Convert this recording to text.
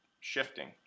shifting